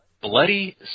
bloody